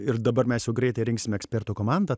ir dabar mes jau greitai rinksime ekspertų komandą